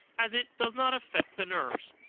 as it does not affect the nerves.